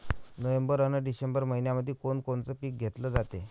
November अन December मइन्यामंधी कोण कोनचं पीक घेतलं जाते?